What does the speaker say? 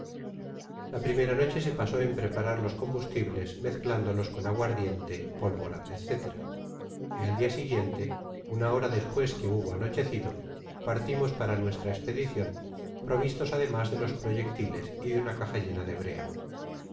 la primera noche se pasó en preparar los combustibles mezclándolos con aguardiente pólvora etc y al dia siguiente una hora despues que hubo anochecido partimos para nuestra espedicion provistos ademas de los proyectiles y de una caja llena de brea